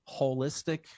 holistic